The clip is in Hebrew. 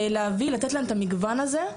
לתת להם את המגוון הזה.